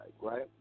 right